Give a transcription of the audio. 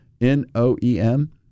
N-O-E-M